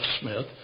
Smith